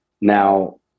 Now